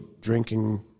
drinking